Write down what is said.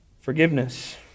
forgiveness